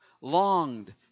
longed